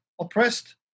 oppressed